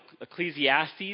Ecclesiastes